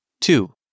Two